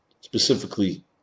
specifically